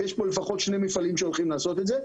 יש פה לפחות שני מפעלים שהולכים לעשות את זה.